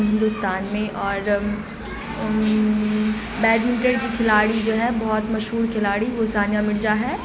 ہندوستان میں اور بیڈمنٹر کی کھلاڑی جو ہے بہت مشہور کھلاڑی وہ ثانیہ مرزا ہیں